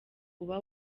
uba